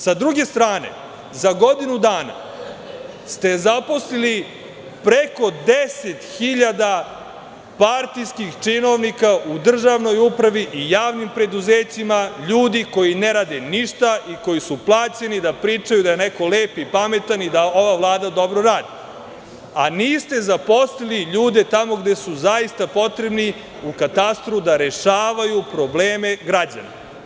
S druge strane, za godinu dana ste zaposlili preko 10 hiljada partijskih činovnika u državnoj upravi i javnim preduzećima, ljudi koji ne rade ništa i koji su plaćeni da pričaju da je neko lep i pametan i da ova Vlada dobro radi, a niste zaposlili ljude tamo gde su zaista potrebni, u katastru, da rešavaju probleme građana.